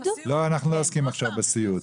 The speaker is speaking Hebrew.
לא, אנחנו לא עוסקים עכשיו בסיעוד.